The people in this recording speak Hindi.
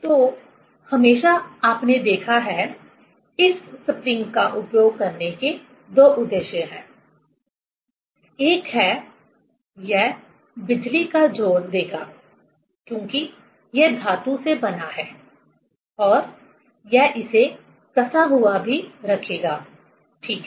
तो हमेशा आपने देखा है इस स्प्रिंग का उपयोग करने के दो उद्देश्य हैं एक है यह बिजली का जोड़ देगा क्योंकि यह धातु से बना है और यह इसे कसा हुआ भी रखेगा ठीक है